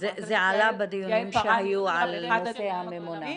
-- זה עלה בדיונים שהיו על נושא הממונה.